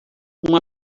uma